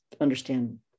understand